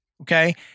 okay